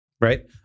right